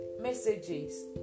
messages